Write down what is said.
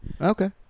Okay